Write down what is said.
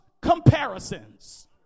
comparisons